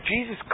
Jesus